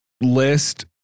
list